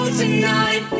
tonight